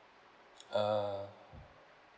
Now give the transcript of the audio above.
uh